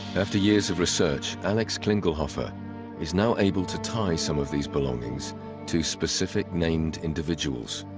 after years of research alex klingelhoefer is now able to tie some of these belongings to specific named individuals